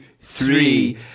three